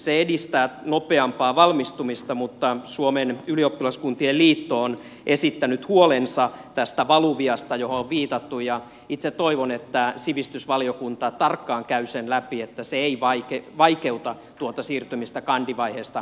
se edistää nopeampaa valmistumista mutta suomen ylioppilaskuntien liitto on esittänyt huolensa tästä valuviasta johon on viitattu ja itse toivon että sivistysvaliokunta tarkkaan käy sen läpi että se ei vaikeuta tuota siirtymistä kandivaiheesta maisterintutkintoihin